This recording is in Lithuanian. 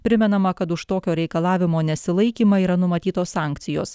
primenama kad už tokio reikalavimo nesilaikymą yra numatytos sankcijos